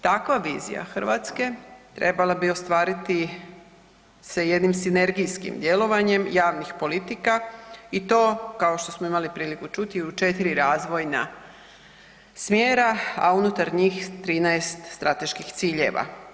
Takva vizija Hrvatske trebala se ostvariti jednim sinergijskim djelovanjem javnih politika i to kao što smo imali priliku čuti u 4 razvojna smjera, a unutar njih 13 strateških ciljeva.